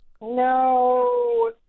No